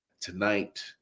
tonight